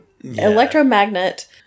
electromagnet